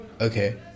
okay